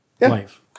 life